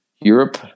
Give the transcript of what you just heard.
Europe